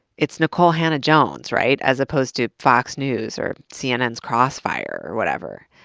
it's nikole hannah-jones, right, as opposed to fox news or cnn's crossfire or whatever.